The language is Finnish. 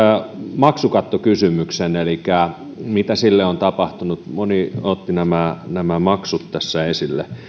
maksukattokysymyksen elikkä mitä sille on tapahtunut moni otti nämä nämä maksut tässä esille